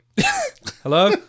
Hello